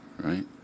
Right